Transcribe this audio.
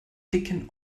dicken